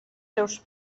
seus